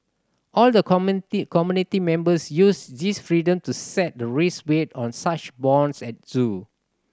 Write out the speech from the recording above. all the committee community members use this freedom to set the risk weight on such bonds at zoo